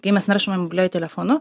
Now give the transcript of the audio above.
kai mes naršome mobiliuoju telefonu